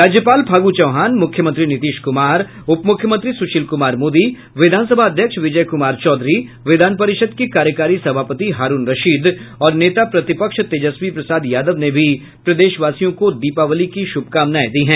राज्यपाल फागू चौहान मुख्यमंत्री नीतीश कुमार उपमुख्यमंत्री सुशील कुमार मोदी विधानसभा अध्यक्ष विजय कुमार चौधरी विधान परिषद के कार्यकारी सभापति हारूण रशीद और नेता प्रतिपक्ष तेजस्वी प्रसाद यादव ने भी प्रदेशवासियों को दीपावली की शुभकामनाएं दी हैं